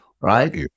right